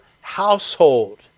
household